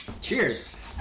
Cheers